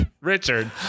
Richard